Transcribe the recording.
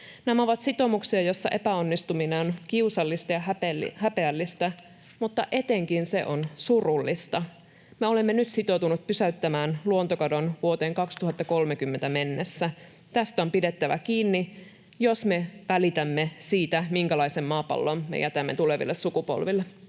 Nämä ovat sitoumuksia, jossa epäonnistuminen on kiusallista ja häpeällistä, mutta etenkin se on surullista. Me olemme nyt sitoutuneet pysäyttämään luontokadon vuoteen 2030 mennessä. Tästä on pidettävä kiinni, jos me välitämme siitä, minkälaisen maapallon me jätämme tuleville sukupolville.